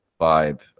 vibe